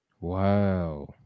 Wow